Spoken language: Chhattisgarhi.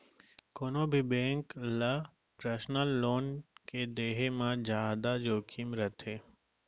कोनो भी बेंक ल पर्सनल लोन के देहे म जादा जोखिम रथे